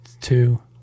two